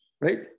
right